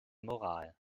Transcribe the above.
moral